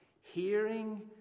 Hearing